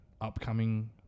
upcoming